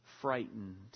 frightened